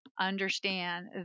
understand